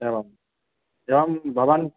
एवम् एवं भवान्